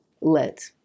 let